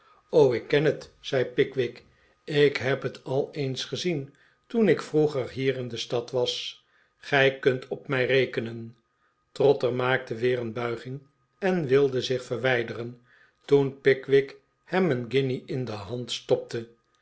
ik ken het zei pickwick ik heb het al eens gezien toen ik vroeger hier in de stad was gij kunt op mij rekenen trotter maakte weer een buiging en wilde zich verwijderen toen pickwick hem een guinje in de hand stopte